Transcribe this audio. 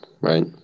right